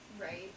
right